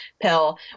pill